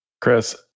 Chris